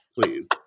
please